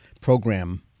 program